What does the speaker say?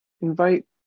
invite